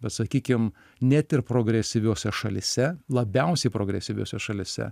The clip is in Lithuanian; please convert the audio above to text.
bet sakykim net ir progresyviose šalyse labiausiai progresyviose šalyse